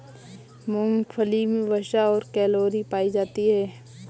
मूंगफली मे वसा और कैलोरी पायी जाती है